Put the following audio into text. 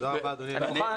תודה רבה, אדוני היושב-ראש.